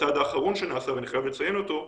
והצעד האחרון שנעשה, ואני חייב לציין אותו,